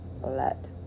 let